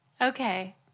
Okay